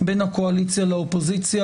בין הקואליציה לאופוזיציה,